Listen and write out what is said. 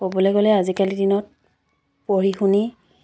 ক'বলে গ'লে আজিকালিৰ দিনত পঢ়ি শুনি